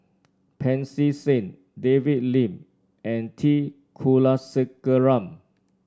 Pancy Seng David Lim and T Kulasekaram